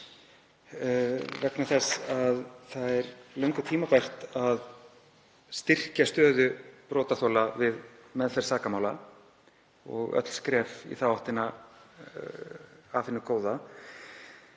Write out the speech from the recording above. brotaþola. Það er löngu tímabært að styrkja stöðu brotaþola við meðferð sakamála og öll skref í þá átt eru af hinu góða.